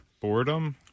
Boredom